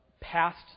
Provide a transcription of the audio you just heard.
passed